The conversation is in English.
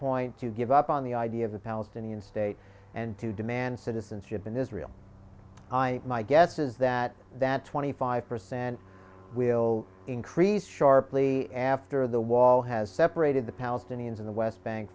point to give up on the idea of a palestinian state and to demand citizenship in israel i my guess is that that twenty five percent will increase sharply after the wall has separated the palestinians in the west bank